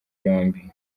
yombi